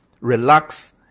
relax